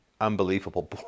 unbelievable